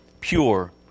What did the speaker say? pure